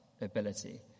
Ability